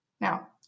Now